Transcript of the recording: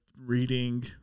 reading